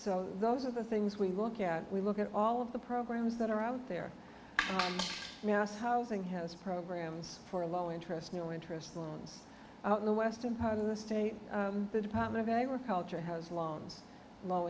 so those are the things we look at we look at all of the programs that are out there housing has programs for low interest no interest loans in the western part of the state the department of agriculture has loans low